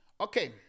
Okay